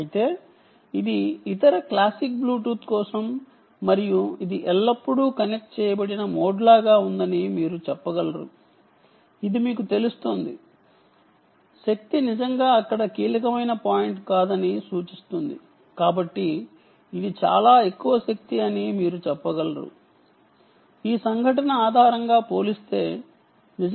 అయితే ఇది ఇతర క్లాసిక్ బ్లూటూత్ కోసం మరియు ఇది ఎల్లప్పుడూ కనెక్ట్ చేయబడిన మోడ్ లాగా ఉందని మీరు చెప్పగలరు ఇది మీకు శక్తి నిజంగా అక్కడ కీలకమైన విషయం కాదని సూచిస్తుంది కాబట్టి దీనిని ఈవెంట్ ఆధారితమైన దానితో పోలిస్తే నిజంగా ఇది చాలా ఎక్కువ శక్తి ని వినియోగిస్తుంది అని మీరు చెప్పగలరు